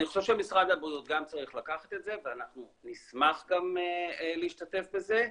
אני חושב גם שמשרד הבריאות צריך לקחת את זה ואנחנו גם נשמח להשתתף בזה.